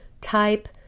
Type